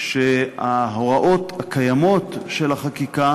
שההוראות הקיימות של החקיקה